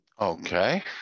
Okay